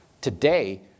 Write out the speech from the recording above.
Today